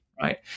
Right